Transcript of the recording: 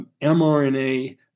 mRNA